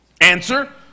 answer